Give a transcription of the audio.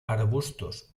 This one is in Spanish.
arbustos